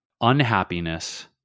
unhappiness